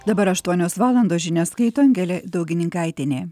dabar aštuonios valandos žinias skaito angelė daugininkaitienė